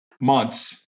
months